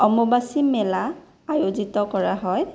অম্বুবাচী মেলা আয়োজিত কৰা হয়